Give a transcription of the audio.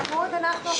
שלום.